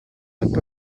pot